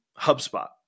HubSpot